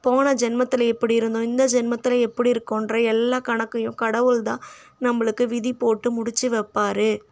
போன ஜென்மத்தில் எப்படி இருந்தோம் இந்த ஜென்மத்தில் எப்படி இருக்கோம்ன்ற எல்லா கணக்கையும் கடவுள்தான் நம்மளுக்கு விதிப்போட்டு முடித்து வைப்பாரு